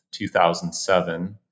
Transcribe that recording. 2007